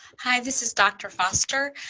hi, this is dr. foster.